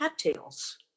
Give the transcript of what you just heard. cattails